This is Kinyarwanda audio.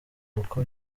uko